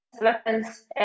weapons